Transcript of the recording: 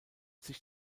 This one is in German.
sich